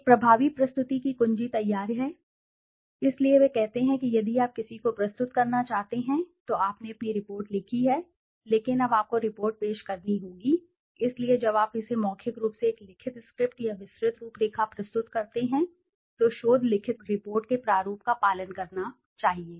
एक प्रभावी प्रस्तुति की कुंजी तैयारी है इसलिए वे कहते हैं कि यदि आप किसी को प्रस्तुत करना चाहते हैं तो आपने अपनी रिपोर्ट लिखी है लेकिन अब आपको रिपोर्ट पेश करनी होगी इसलिए जब आप इसे मौखिक रूप से एक लिखित स्क्रिप्ट या विस्तृत रूपरेखा प्रस्तुत करते हैं तो शोध लिखित रिपोर्ट के प्रारूप का पालन करना चाहिए